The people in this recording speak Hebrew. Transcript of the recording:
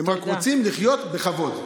הם רק רוצים לחיות בכבוד.